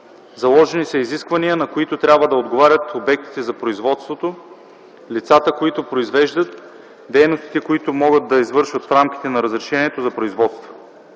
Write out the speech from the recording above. Заложени са изисквания, на които трябва да отговарят обектите за производството, лицата, които произвеждат, дейностите, които могат да извършват в рамките на разрешението за производство.